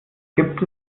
gibt